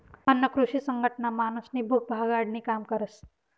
अन्न कृषी संघटना माणूसनी भूक भागाडानी काम करस